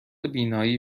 بینایی